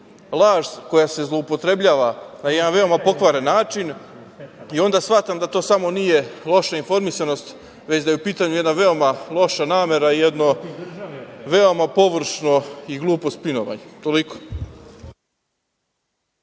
laž koja se zloupotrebljava na veoma pokvaren način i onda shvatam da to nije samo loša informisanost, već da je u pitanju veoma loša namera, veoma površno i glupo spinovanje. Toliko.